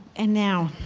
and now.